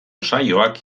saioak